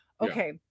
okay